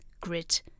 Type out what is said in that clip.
grit